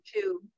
two